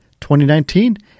2019